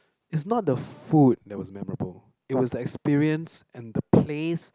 is not the food that was memorable it was the experience and the place